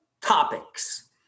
topics